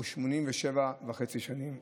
הוא 87.5 שנים.